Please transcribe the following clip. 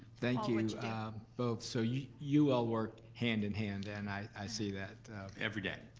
thank you and um both, so you you all work hand-in-hand. and i see that every day,